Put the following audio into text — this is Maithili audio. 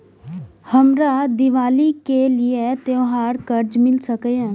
हमरा दिवाली के लिये त्योहार कर्जा मिल सकय?